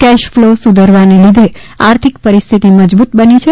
cash flow સુધરવાને લીધે આર્થિક પરિસ્થિતિ મજબૂત બની છે